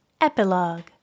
Epilogue